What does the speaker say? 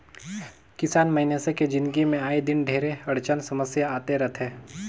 किसान मइनसे के जिनगी मे आए दिन ढेरे अड़चन समियसा आते रथे